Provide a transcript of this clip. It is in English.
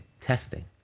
testing